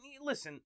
listen